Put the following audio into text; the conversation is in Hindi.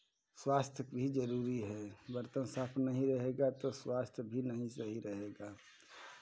स्वास्थ्य भी जरूरी है बर्तन साफ नहीं रहेगा तो स्वास्थ्य भी नहीं सही रहेगा